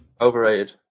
Overrated